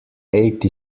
eighty